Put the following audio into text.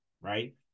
right